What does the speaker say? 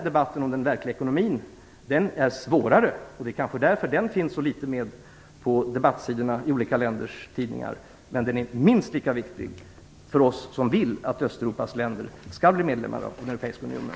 Debatten om den verkliga ekonomin är svårare. Därför kanske den finns med så litet på debattsidorna i olika länders tidningar, men den är minst lika viktig för oss som vill att Östeuropas länder skall bli medlemmar i den europeiska unionen.